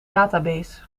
database